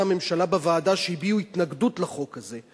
הממשלה בוועדה שהביעו התנגדות לחוק הזה.